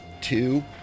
two